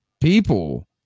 people